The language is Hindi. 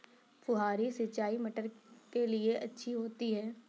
फुहारी सिंचाई मटर के लिए अच्छी होती है?